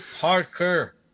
Parker